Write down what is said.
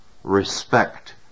respect